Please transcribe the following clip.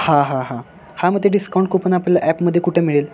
हां हां हां हां मग ते डिस्काउंट कूपन आपल्याला ॲपमध्ये कुठे मिळेल